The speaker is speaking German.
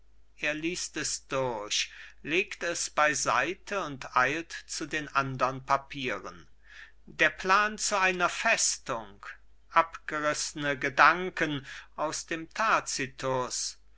er liest es durch legt es beiseite und eilt zu den andern papieren der plan zu einer festung abgerißne gedanken aus dem